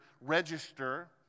register